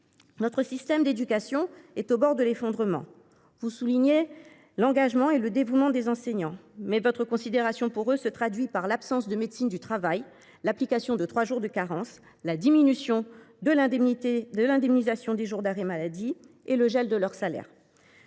Notre système d’éducation est au bord de l’effondrement. Vous soulignez l’engagement et le dévouement des enseignants, mais votre considération pour eux se traduit par l’absence de médecine du travail, l’application de trois jours de carence, la diminution de l’indemnisation des jours d’arrêt maladie et le gel de leurs salaires.